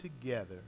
together